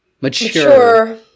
Mature